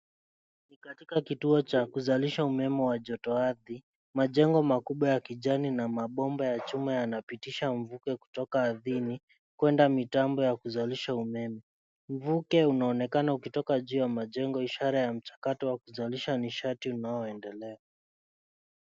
Ni katika kituo cha kuzalisha umeme wa joto ardhi, majengo makubwa ya kijani na maboba ya chuma yanapitisha mvuke kutoka ardhini kuenda mitambo ya kuzalisha umeme. Mvuke unaonekana ukitoka juu ya mjengo ishara ya mchakato wa kuzalisha nishati unaoendelea.